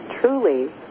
truly